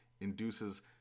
induces